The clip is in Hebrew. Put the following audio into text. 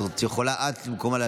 את יכולה להשיב במקומה.